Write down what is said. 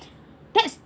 that's